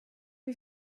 wie